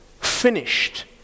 finished